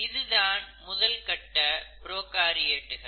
இதுதான் முதல் கட்ட புரோகாரியேட்டுகள்